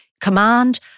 command